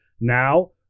Now